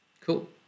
Cool